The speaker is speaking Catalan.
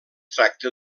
tracta